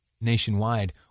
nationwide